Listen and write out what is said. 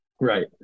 Right